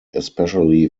especially